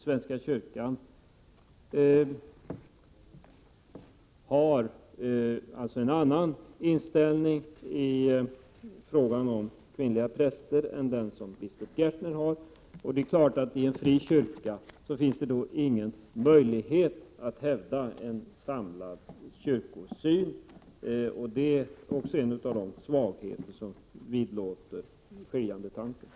Svenska kyrkan har en annan inställning i frågan om kvinnliga präster än den som biskop Gärtner har. Det är klart att i en fri kyrka finns det då ingen möjlighet att hävda en samlad kyrkosyn. Det är också en av de svagheter som vidlåder skiljandetanken.